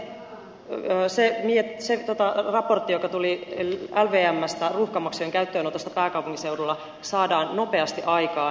toivon että ensi vaalikaudella sen raportin joka tuli lvmstä ruuhkamaksujen käyttöönotosta pääkaupunkiseudulla ehdotukset saadaan nopeasti aikaan